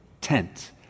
tent